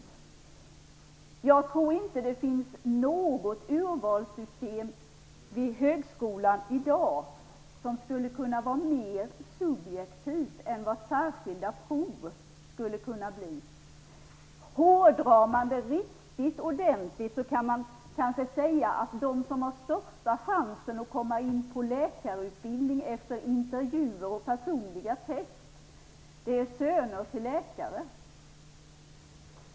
Jag tror inte att det finns något urvalssystem vid högskolan i dag som skulle vara mer subjektivt än vad särskilda prov skulle kunna bli. Hårdrar man det riktigt ordentligt, kan man kanske säga att de som har största chansen att komma in på läkarutbildning efter intervjuer och personliga test är söner till läkare.